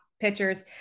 pitchers